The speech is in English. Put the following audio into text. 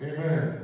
Amen